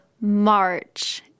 March